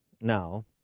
now